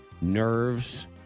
nerves